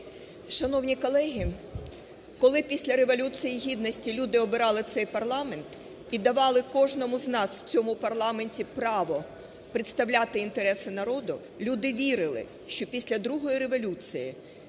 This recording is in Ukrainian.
Шановні колеги, коли після Революції Гідності люди обирали цей парламент і давали кожному з нас у цьому парламенті право представляти інтереси народу, люди вірили, що після другої революції